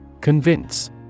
Convince